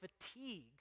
fatigue